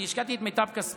אני השקעתי את מיטב כספי,